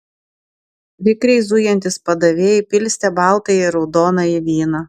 vikriai zujantys padavėjai pilstė baltąjį ir raudonąjį vyną